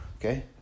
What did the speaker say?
Okay